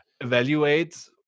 evaluate